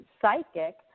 psychic